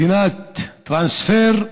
מדינת טרנספר.